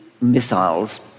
missiles